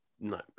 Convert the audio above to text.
No